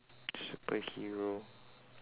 superhero